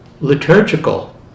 liturgical